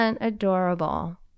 adorable